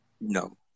no